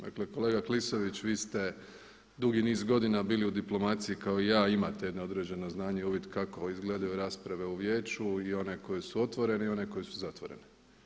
Dakle, kolega Klisović vi ste dugi niz godina bili u diplomaciji kao i ja i imate jedno određeno znanje i uvid kako izgledaju rasprave u vijeću i one koje su otvorene i one koje su zatvorene.